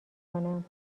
کنم